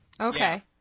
Okay